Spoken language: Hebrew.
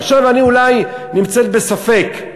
עכשיו אני אולי נמצאת בספק,